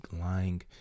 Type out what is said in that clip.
lying